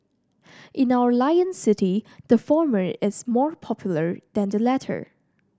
in our Lion City the former is more popular than the latter